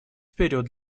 вперед